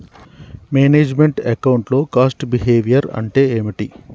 Manage meant account లో cost behaviour అంటే ఏమిటి?